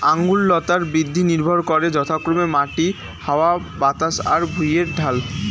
আঙুর লতার বৃদ্ধি নির্ভর করে যথাক্রমে মাটি, হাওয়া বাতাস আর ভুঁইয়ের ঢাল